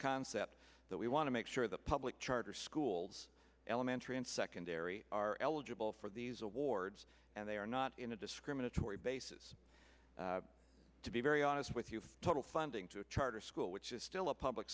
concept that we want to make sure the public charter schools elementary and secondary are eligible for these awards and they are not in a discriminatory basis to be very honest with you total funding to a charter school which is still a public